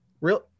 real